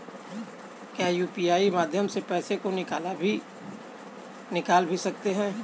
क्या यू.पी.आई के माध्यम से पैसे को निकाल भी सकते हैं?